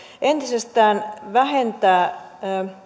entisestään vähentää